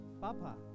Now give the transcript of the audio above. Papa